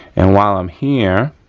and while i'm here,